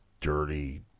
dirty